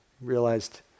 realized